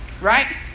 Right